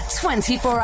24